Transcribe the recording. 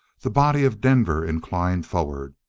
the body of denver inclined forward.